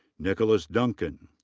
nicholas duncan.